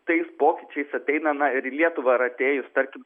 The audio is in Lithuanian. tais pokyčiais ateina na ir į lietuvą yra atėjus tarkim